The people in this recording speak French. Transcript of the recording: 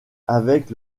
avec